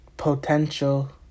Potential